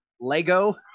Lego